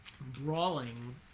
brawling